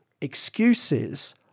excuses